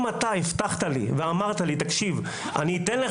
אם אתה הבטחת לי ואמרת לי שתיתן לי